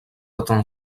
atteint